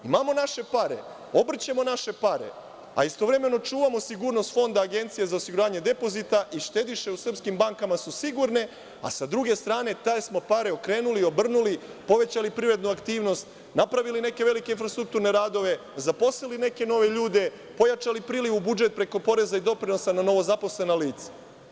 Imamo naše pare, obrćemo naše pare, a istovremeno čuvamo sigurnost Fonda Agencije za osiguranje depozita i štediše u srpskim bankama su sigurne, a sa druge strane te smo pare okrenuli, obrnuli, povećali privrednu aktivnost, napravili neke velike infrastrukturne radove, zaposlili neke nove ljude, pojačali priliv u budžet preko poreza i doprinosa na novozaposlena lica.